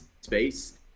space